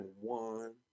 one